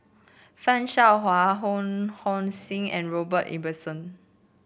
Fan Shao Hua Ho Hong Sing and Robert Ibbetson